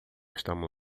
estamos